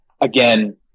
again